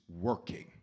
working